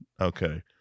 Okay